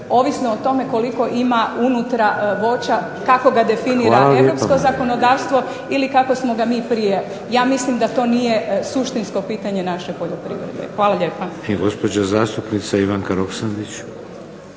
**Pejčinović Burić, Marija (HDZ)** Kako ga definira europsko zakonodavstvo ili kako smo ga mi prije. Ja mislim da to nije suštinsko pitanje naše poljoprivrede. Hvala lijepa.